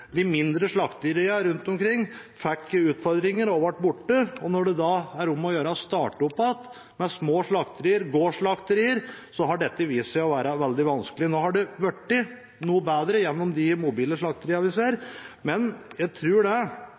De mindre slakteriene rundt omkring fikk utfordringer og ble borte. Når det så er om å gjøre å starte opp igjen med små gårdsslakterier, har dette vist seg å være veldig vanskelig. Nå har det blitt noe bedre med de mobile slakteriene, men jeg